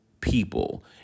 people